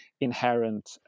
inherent